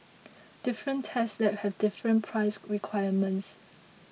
different test labs have different price requirements